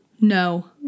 No